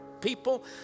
people